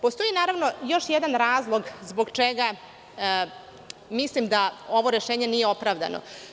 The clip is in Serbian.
Postoji još jedan razlog zbog čega mislim da ovo rešenje nije opravdano.